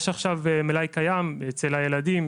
יש עכשיו מלאי קיים אצל הילדים.